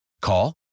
Call